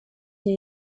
die